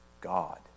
God